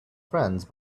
friends